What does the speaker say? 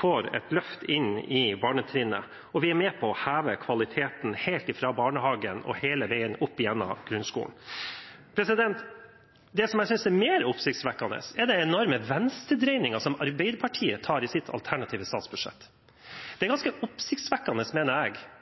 får et løft på barnetrinnet, og vi er med på å heve kvaliteten, fra barnehagen og hele veien opp igjennom grunnskolen. Det som jeg synes er mer oppsiktsvekkende, er den enorme venstredreiningen som Arbeiderpartiet tar i sitt alternative statsbudsjett. Det er ganske oppsiktsvekkende, mener jeg,